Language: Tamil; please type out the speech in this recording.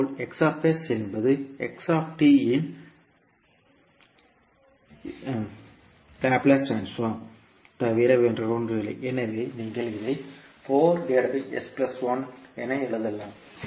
இதேபோல் X என்பது x இன் லாப்லேஸ் ட்ரான்ஸ்போர்ம் தவிர வேறில்லை எனவே நீங்கள் இதை என எழுதலாம்